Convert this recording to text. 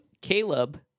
Caleb